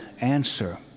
answer